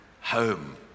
home